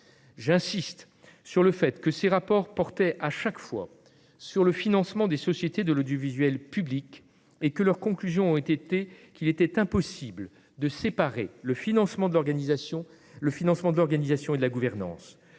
J'y insiste, ces rapports d'information portaient à chaque fois sur le financement des sociétés de l'audiovisuel public et concluaient qu'il était impossible de séparer le financement de l'organisation et de la gouvernance.